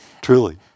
Truly